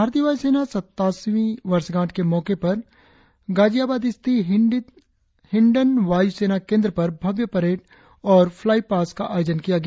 भारतीय वायुसेना सत्तासीवीं वर्षगांठ के मौके पर गाजियाबाद स्थित हिंडन वायु सेना केंद्र पर भव्य परेड और प्लाईपास का आयोजन किया गया